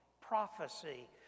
prophecy